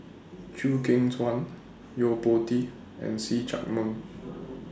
Chew Kheng Chuan Yo Po Tee and See Chak Mun